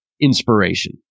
inspiration